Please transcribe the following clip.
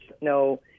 no